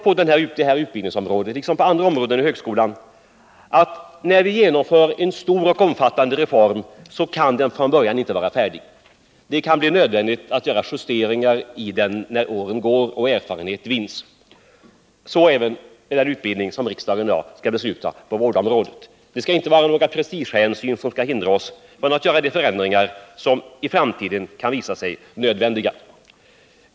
På vårdutbildningens område liksom på andra områden inom högskolan gäller att när vi genomför en stor och omfattande reform kan den inte vara färdig från början. Det kan bli nödvändigt att göra justeringar i den när åren gått och erfarenhet vunnits. Så är det även med den utbildning på vårdområdet som riksdagen i dag skall besluta om. Det skall inte vara några prestigehänsyn som skall hindra oss från att vidta de förändringar som i framtiden kan visa sig nödvändiga.